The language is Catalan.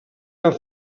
amb